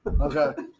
Okay